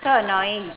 so annoying